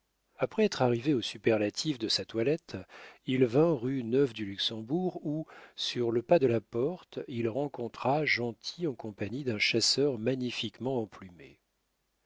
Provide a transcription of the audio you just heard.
après être arrivé au superlatif de sa toilette il vint rue neuve du luxembourg où sur le pas de la porte il rencontra gentil en compagnie d'un chasseur magnifiquement emplumé